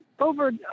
Over